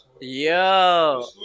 Yo